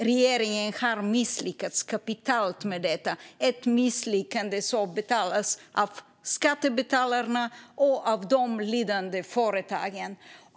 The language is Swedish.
Regeringen har misslyckats kapitalt med detta, ett misslyckande som betalas av skattebetalarna och av de lidande företagen.